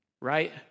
Right